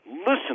listen